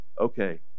okay